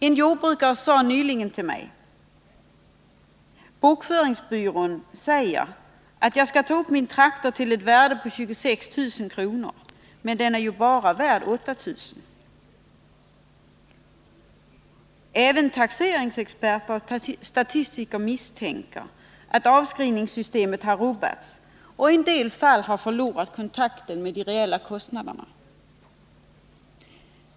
En jordbrukare sade nyligen till mig: Bokföringsbyrån säger att jag skall ta upp min traktor till ett värde av 26 000 kr., men den är ju bara värd 8000. Även taxeringsexperter och statistiker misstänker att avskrivningssystemet har rubbats och i en del fall 161 förlorat kontakten med de reella kostnaderna.